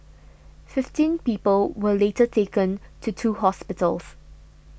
fifteen people were later taken to two hospitals